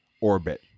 orbit